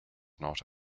not